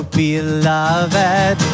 beloved